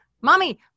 mommy